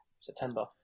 September